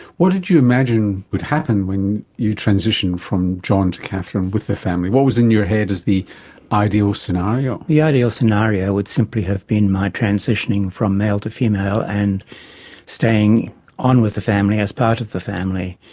what had you imagined would happen when you transitioned from john to katherine with the family, what was in your head as the ideal scenario? the ideal scenario would simply have been my transitioning from male to female and staying on with the family as part of the family.